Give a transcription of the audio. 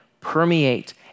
permeate